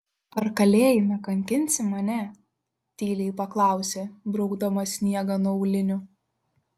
ar kalėjime kankinsi mane tyliai paklausė braukdama sniegą nuo aulinių